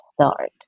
start